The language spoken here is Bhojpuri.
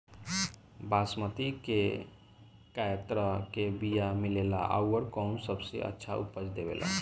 बासमती के कै तरह के बीया मिलेला आउर कौन सबसे अच्छा उपज देवेला?